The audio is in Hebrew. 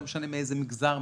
לא משנה מאיזה מגזר,